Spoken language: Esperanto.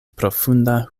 profunda